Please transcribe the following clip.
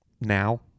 Now